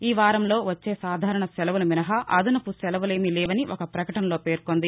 ఈ వారంలో వచ్చే సాధారణ సెలవులు మినహా అదనపు సెలవులేమీ లేవని ఒక ప్రకటనలో పేర్కొంది